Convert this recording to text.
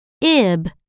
ib